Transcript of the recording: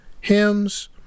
hymns